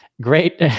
great